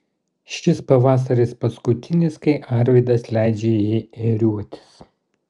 šis pavasaris paskutinis kai arvydas leidžia jai ėriuotis